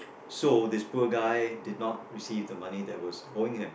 so this poor guy did not receive the money that was owing him